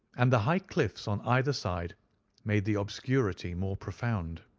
and the high cliffs on either side made the obscurity more profound.